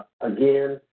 again